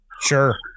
Sure